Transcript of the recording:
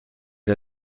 der